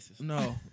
No